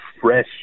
fresh